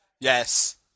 Yes